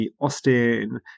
Austin